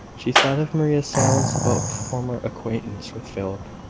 she thought of maria's silence about her former acquaintance with philip,